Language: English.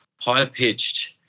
high-pitched